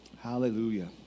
Hallelujah